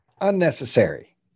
Unnecessary